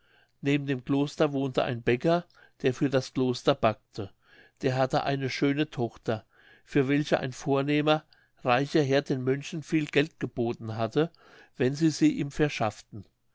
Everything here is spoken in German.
neben dem kloster wohnte ein bäcker der für das kloster backte der hatte eine schöne tochter für welche ein vornehmer reicher herr den mönchen viel geld geboten hatte wenn sie sie ihm verschafften